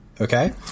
Okay